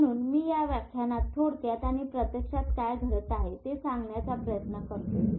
म्हणून मी या व्याख्यानात थोडक्यात आणि प्रत्यक्षात काय घडत आहे ते सांगण्याचा प्रयत्न करतोय